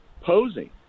posing